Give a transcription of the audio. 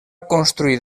construir